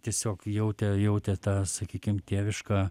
tiesiog jautė jautė tą sakykim tėvišką